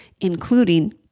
including